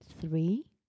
three